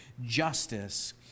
justice